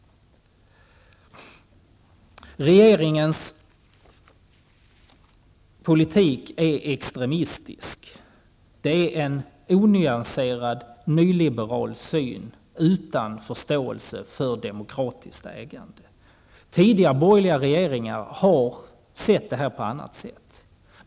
Regeringens politik är extremistisk med en onyanserad nyliberal syn utan förståelse för demokratiskt ägande. Tidigare borgerliga regeringar har sett det här på ett annat sätt.